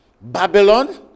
Babylon